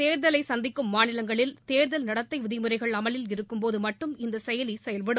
தேர்தலை சந்திக்கும் மாநிலங்களில் தேர்தல் நடத்தை விதிமுறைகள் அமலில் இருக்கும்போது மட்டும் இந்த செயலி செயல்படும்